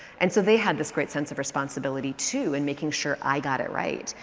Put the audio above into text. and so they had this great sense of responsibility too in making sure i got it right.